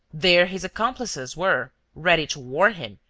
there his accomplices were, ready to warn him,